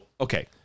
okay